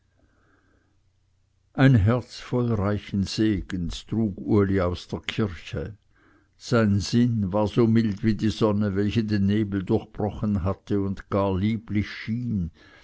ein herz voll reichen segens trug uli aus der kirche sein sinn war so mild wie die sonne welche den nebel durchbrochen hatte und gar lieblich schien